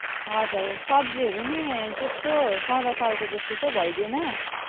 हजुर सब्जीहरू नि त्यस्तो सधैँ सालको जस्तो चाहिँ भइदिएन